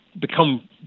become